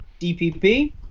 DPP